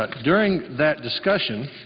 but during that discussion,